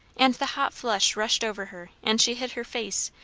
and the hot flush rushed over her and she hid her face,